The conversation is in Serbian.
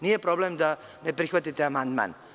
Nije problem da ne prihvatite amandman.